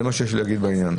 זה מה שיש לי להגיד בעניין הזה.